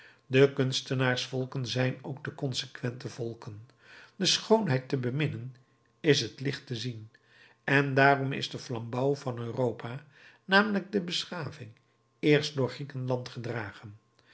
de kunstenaarsvolken zijn ook de consequente volken de schoonheid te beminnen is het licht te zien en daarom is de flambouw van europa namelijk de beschaving eerst door griekenland gedragen